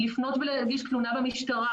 לפנות ולהגיש תלונה במשטרה.